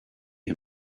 him